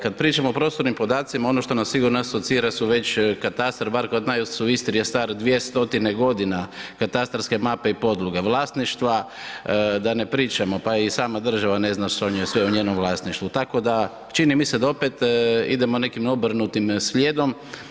Kad pričamo o prostornim podacima ono što nas sigurno asocira su već katastar bar kod nas u Istri je star 200 godina, katastarske mape i podloge vlasništva da ne pričamo, pa ni sama država ne zna što je sve u njenom vlasništvu, tako da čini mi se da opet idemo nekim obrnutim slijedom.